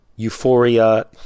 euphoria